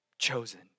chosen